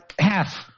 Half